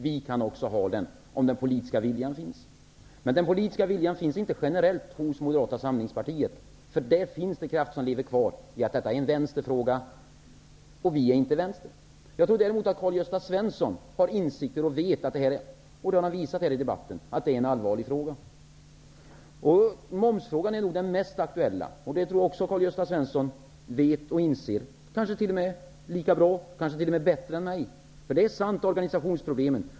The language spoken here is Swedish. Vi kan också ha den om den politiska viljan finns. Men den politiska viljan finns inte generellt hos Moderata samlingspartiet. Där finns det krafter som lever kvar som hävdar: Detta är en vänsterfråga, och vi tillhör inte vänstern. Däremot tror jag att Karl-Gösta Svenson har insikter, vilket han har visat här i debatten, att detta är en allvarlig fråga. Momsfrågan är nog den mest aktuella. Det tror jag också att Karl-Gösta Svenson kanske t.o.m. bättre än jag vet och inser.